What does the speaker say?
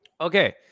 okay